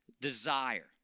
Desire